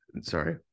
sorry